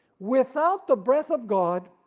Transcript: without the breath of god,